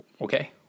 okay